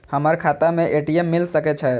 हमर खाता में ए.टी.एम मिल सके छै?